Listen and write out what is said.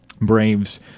Braves